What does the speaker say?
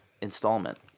installment